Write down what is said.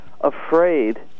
afraid